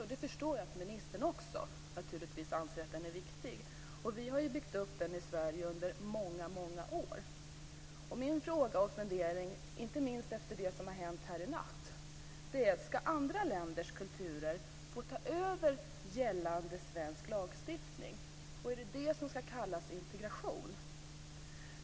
Naturligtvis förstår jag att också ministern anser att den är viktig. Vi har byggt upp denna värdegrund under många år. Min fråga och fundering, inte minst efter det som hände natten till i dag, är: Ska andra länders kulturer få ta över gällande svensk lagstiftning; är det detta som ska kallas för integration?